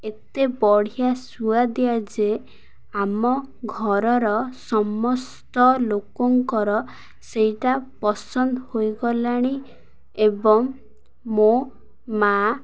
ଏତେ ବଢ଼ିଆ ସୁଆଦିଆ ଯେ ଆମ ଘରର ସମସ୍ତ ଲୋକଙ୍କର ସେଇଟା ପସନ୍ଦ ହୋଇଗଲାଣି ଏବଂ ମୋ ମାଆ